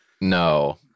No